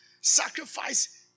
Sacrifice